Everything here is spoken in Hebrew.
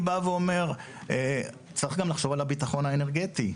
אני בא ואומר שצריך לחשוב על הביטחון האנרגטי.